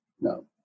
No